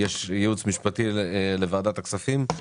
יש ייעוץ משפטי לוועדת הכספים,